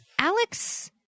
Alex